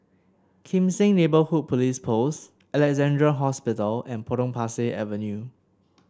Kim Seng Neighbourhood Police Post Alexandra Hospital and Potong Pasir Avenue